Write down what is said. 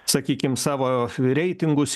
sakykim savo reitingus